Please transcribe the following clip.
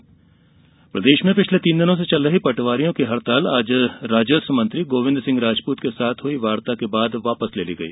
पटवारी हड़ताल प्रदेश में पिछले तीन दिनों से चल रही पटवारियों की हडताल आज राजस्व मंत्री गोविन्द सिंह राजपूत के साथ हुई वार्ता के बाद वापस ले ली गई